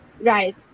Right